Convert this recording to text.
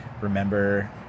remember